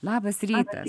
labas rytas